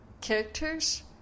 characters